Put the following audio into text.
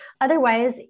otherwise